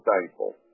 thankful